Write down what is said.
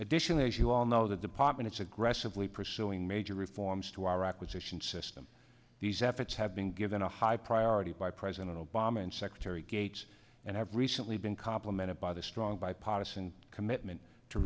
additionally as you all know the department is aggressively pursuing major reforms to our acquisition system these efforts have been given a high priority by president obama and secretary gates and have recently been complemented by the strong bipartisan commitment to